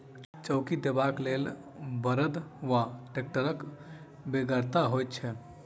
चौकी देबाक लेल बड़द वा टेक्टरक बेगरता होइत छै